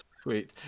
Sweet